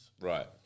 Right